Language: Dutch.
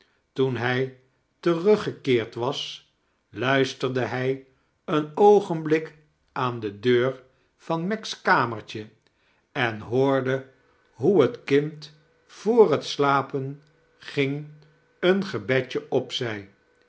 toen hij teruggekeerd was luisterde hij een oogenbhk aan de deur van meg's kamertje en hoorde hoe het kind voor het slapen ging een gebedje opzei